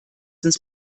ins